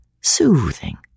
soothing